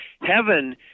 heaven